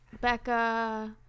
Becca